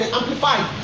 Amplified